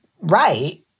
right